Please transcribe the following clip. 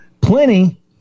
plenty